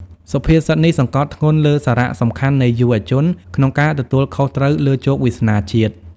សុភាសិតនេះសង្កត់ធ្ងន់លើសារៈសំខាន់នៃយុវជន ក្នុងការទទួលខុសត្រូវលើជោគវាសនាជាតិ។